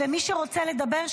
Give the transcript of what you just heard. ומי שרוצה לדבר,